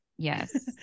Yes